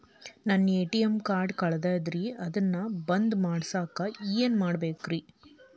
ನನ್ನ ATM card ಕಳದೈತ್ರಿ ಅದನ್ನ ಬಂದ್ ಮಾಡಸಾಕ್ ಏನ್ ಮಾಡ್ಬೇಕ್ರಿ?